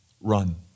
run